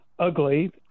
ugly